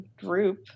group